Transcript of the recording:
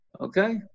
Okay